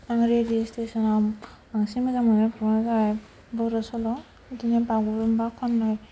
आं रेडिय' स्टेसनाव बांसिन मोजां मोनग्रा प्रग्रामा जाबाय बर' सल' बिदिनो बागुरुम्बा खननाय